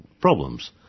problems